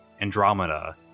Andromeda